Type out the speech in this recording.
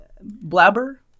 blabber